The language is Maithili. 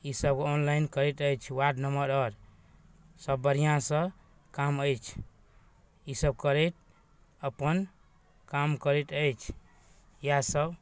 ईसब ऑनलाइन करैत अछि वार्ड मेम्बर आओर सब बढ़िआँसँ काम अछि ईसब करैत अपन काम करैत अछि इएहसब